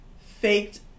faked